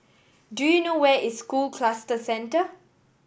do you know where is School Cluster Centre